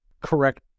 correct